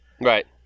right